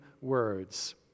words